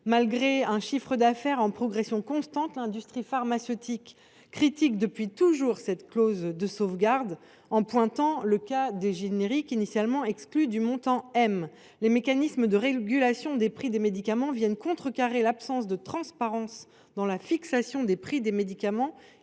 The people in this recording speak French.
Malgré un chiffre d’affaires en progression constante, l’industrie pharmaceutique critique depuis toujours cette clause de sauvegarde, en pointant le cas des génériques, initialement exclus du montant M. Les mécanismes de régulation des prix des médicaments viennent pallier l’absence de transparence dans la fixation des prix des médicaments,